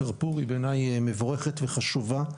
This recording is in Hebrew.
'קרפור' היא בעיניי מבורכת וחשובה,